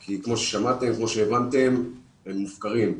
כי כמו ששמעתם וכמו שהבנתם, הם מופקרים.